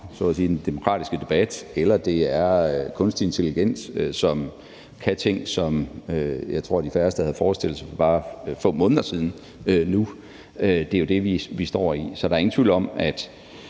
så at sige den demokratiske debat, eller om det er kunstig intelligens, der kan ting nu, som jeg tror de færreste havde forestillet sig for bare få måneder siden. Det er jo det, vi står i. Så der er ingen tvivl om, at